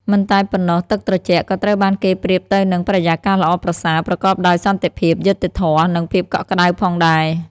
មិនតែប៉ុណ្ណោះ ទឹកត្រជាក់ ក៏ត្រូវបានគេប្រៀបទៅនឹង បរិយាកាសល្អប្រសើរ ប្រកបដោយសន្តិភាព យុត្តិធម៌ និងភាពកក់ក្ដៅផងដែរ។